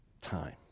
time